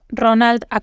Ronald